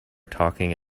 talking